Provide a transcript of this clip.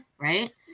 Right